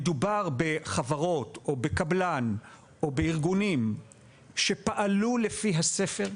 מדובר בחברות או בקבלן או בארגונים שפעלו לפי הספר,